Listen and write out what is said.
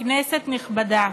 כנסת נכבדה,